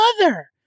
mother